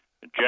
Jack